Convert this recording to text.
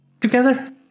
together